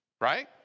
Right